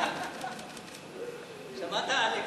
שמעת, אלכס?